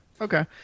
Okay